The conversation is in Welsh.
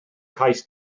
cais